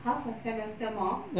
half a semester more